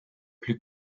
plus